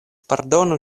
pardonu